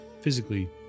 physically